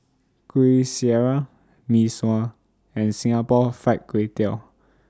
Kuih Syara Mee Sua and Singapore Fried Kway Tiao